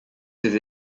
ses